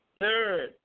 Third